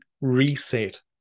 reset